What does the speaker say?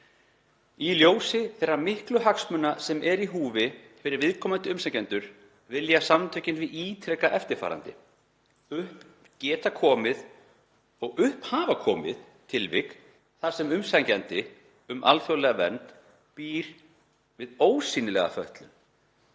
Í ljósi þeirra miklu hagsmuna sem eru í húfi fyrir viðkomandi umsækjendur vilja samtökin því ítreka eftirfarandi: Upp geta komið og upp hafa komið tilvik þar sem umsækjandi um alþjóðlega vernd býr við „ósýnilega” fötlun,